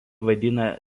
vaidina